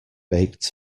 baked